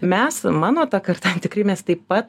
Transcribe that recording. mes mano ta karta tikrai mes taip pat